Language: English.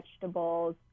vegetables